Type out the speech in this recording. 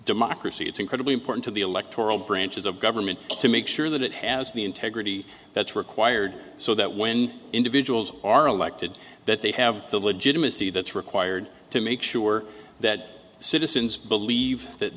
democracy it's incredibly important to the electoral branches of government to make sure that it has the integrity that's required so that when individuals are elected that they have the legitimacy that's required to make sure that citizens believe that